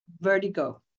vertigo